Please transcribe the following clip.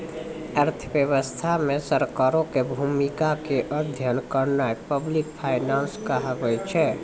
अर्थव्यवस्था मे सरकारो के भूमिका के अध्ययन करनाय पब्लिक फाइनेंस कहाबै छै